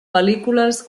pel·lícules